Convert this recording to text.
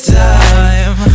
time